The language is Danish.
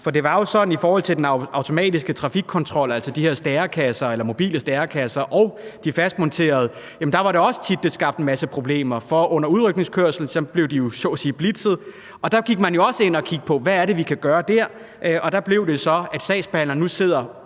for det var sådan med den automatiske trafikkontrol, altså de her mobile stærekasser og de fastmonterede stærekasser, at det også tit skabte en masse problemer. For under udrykningskørsel blev de så at sige blitzet, og der gik man jo også ind og kiggede på, hvad man kunne gøre dér, og der blev det sådan, at sagsbehandlerne nu reelt